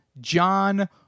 John